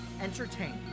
entertain